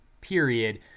period